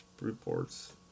reports